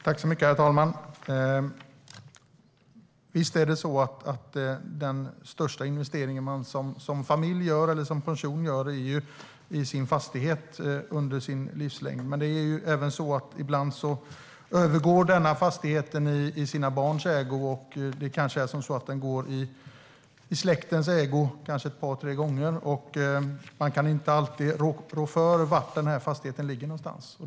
Herr talman! Visst är investeringen i en fastighet den största investering som en familj eller en person gör under livet. Men ibland övergår fastigheten i barnens ägo. Den kanske övergår i släktens ägo ett par tre gånger. Man kan inte alltid rå för var fastigheten ligger någonstans.